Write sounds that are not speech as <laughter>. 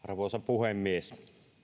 <unintelligible> arvoisa puhemies